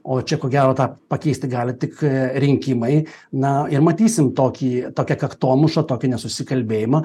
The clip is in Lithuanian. o čia ko gero tą pakeisti gali tik rinkimai na ir matysim tokį tokia kaktomuša tokį nesusikalbėjimą